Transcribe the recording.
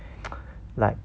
like